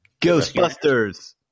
Ghostbusters